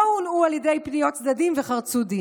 לא הונעו על ידי פניות הצדדים וחרצו דין".